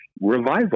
revival